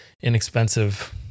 inexpensive